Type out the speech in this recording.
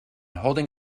holding